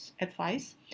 advice